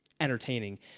entertaining